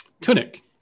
tunic